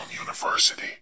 university